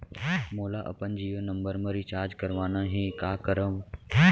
मोला अपन जियो नंबर म रिचार्ज करवाना हे, का करव?